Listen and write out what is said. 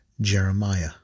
Jeremiah